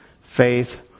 faith